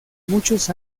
muchos